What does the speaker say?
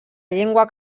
llengua